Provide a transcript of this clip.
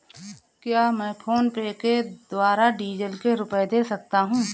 क्या मैं फोनपे के द्वारा डीज़ल के रुपए दे सकता हूं?